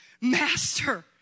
Master